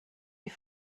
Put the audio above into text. die